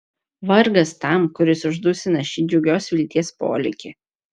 vargas tam kuris uždusina šį džiugios vilties polėkį